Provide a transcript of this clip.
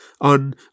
on